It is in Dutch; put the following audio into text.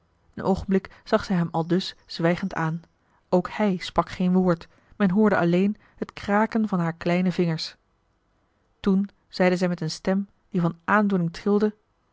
een oogenblik zag zij hem aldus zwijgend aan ook hij sprak geen woord men hoorde alleen het kraken van haar kleine vingers toen zeide zij met een stem die van aandoening trilde